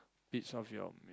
bits of your m~